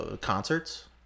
Concerts